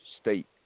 state